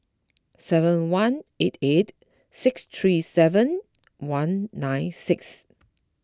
seven one eight eight six three seven one nine six